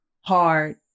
hard